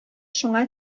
шуңа